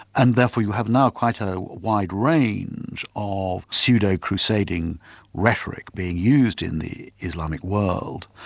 and therefore you have now quite a wide range of pseudo-crusading rhetoric being used in the islamic world.